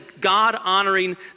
God-honoring